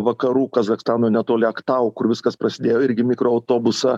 vakarų kazachstano netoli aktau kur viskas prasidėjo irgi mikroautobusą